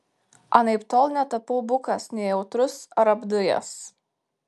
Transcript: anaiptol netapau bukas nejautrus ar apdujęs